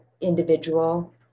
individual